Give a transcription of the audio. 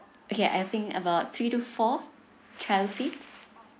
okay I think about three to four child seats